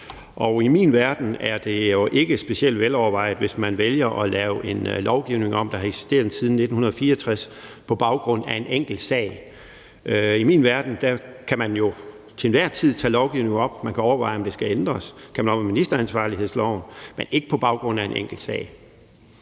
i min verden er det jo ikke specielt velovervejet, hvis man vælger at lave en lovgivning om, der har eksisteret siden 1964, på baggrund af en enkelt sag. I min verden kan man jo til enhver tid tage lovgivning op til overvejelse og overveje, om noget skal ændres. Det kan man også med ministeransvarlighedsloven, men ikke på baggrund af en enkelt sag.